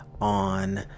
on